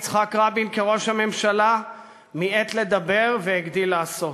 יצחק רבין כראש ממשלה מיעט לדבר והגדיל לעשות.